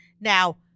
Now